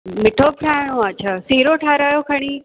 मिठो बि ठाहिणो आहे छा सीरो ठाहियो खणी